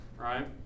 right